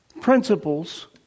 principles